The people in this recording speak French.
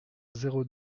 zéro